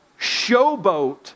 showboat